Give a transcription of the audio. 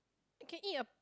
you can eat a